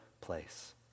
place